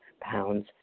pounds